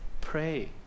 Pray